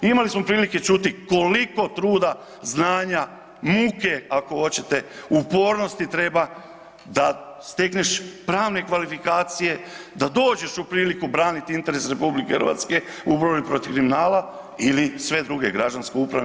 Imali smo prilike čuti koliko truda, znanja, muke ako hoćete, upornosti treba da stekneš pravne kvalifikacije da dođeš u priliku braniti interese RH u borbi protiv kriminala ili sve druge, građanske, upravne.